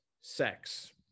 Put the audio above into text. sex